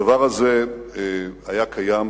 הדבר הזה היה קיים.